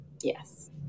Yes